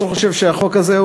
חושב שהחוק הזה,